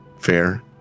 fair